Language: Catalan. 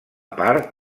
part